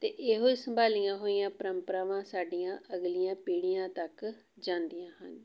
ਅਤੇ ਇਹੋ ਸੰਭਾਲੀਆਂ ਹੋਈਆਂ ਪਰੰਪਰਾਵਾਂ ਸਾਡੀਆਂ ਅਗਲੀਆਂ ਪੀੜ੍ਹੀਆਂ ਤੱਕ ਜਾਂਦੀਆਂ ਹਨ